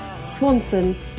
Swanson